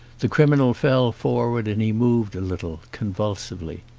the criminal fell forward and he moved a little, convulsively.